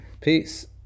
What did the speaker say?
Peace